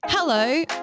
Hello